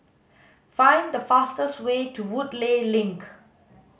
find the fastest way to Woodleigh Link